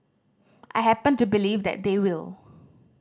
I happen to believe that they will